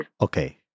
Okay